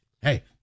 Hey